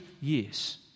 years